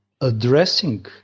Addressing